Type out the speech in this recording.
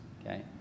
Okay